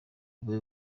rube